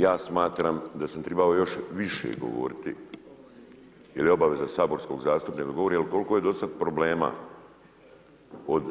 Ja smatram da sam trebao još više govoriti jer je obaveza saborskog zastupnika da govori, ali koliko je dosad problema od